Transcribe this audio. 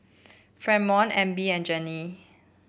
Fremont Abie and Gennie